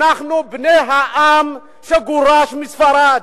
אנחנו בני העם שגורש מספרד,